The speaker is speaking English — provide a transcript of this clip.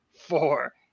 four